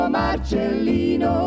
marcellino